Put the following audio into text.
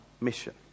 mission